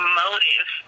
motive